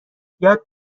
یاد